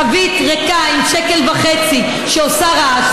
חבית ריקה עם שקל וחצי שעושה רעש,